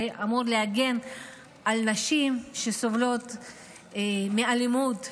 שאמור להגן על נשים שסובלות מאלימות?